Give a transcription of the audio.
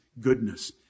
goodness